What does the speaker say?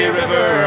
river